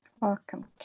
Welcome